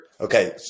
Okay